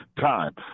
time